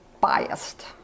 biased